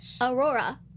Aurora